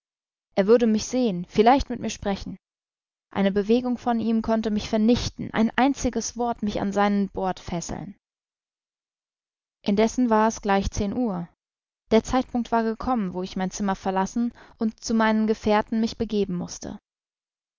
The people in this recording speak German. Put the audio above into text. er würde mich sehen vielleicht mit mir sprechen eine bewegung von ihm konnte mich vernichten ein einziges wort mich an seinen bord fesseln indessen war es gleich zehn uhr der zeitpunkt war gekommen wo ich mein zimmer verlassen und zu meinen gefährten mich begeben mußte